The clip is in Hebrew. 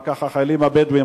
אחר כך החיילים הבדואים,